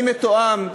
אני מתואם,